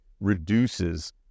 reduces